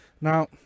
Now